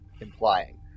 implying